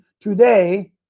today